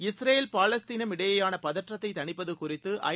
Israel பாலஸ்தீனம் இடையேயானபதற்றத்தைதனிப்பதுகுறித்து ஐ